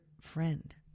friend